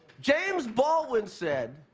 james baldwin said,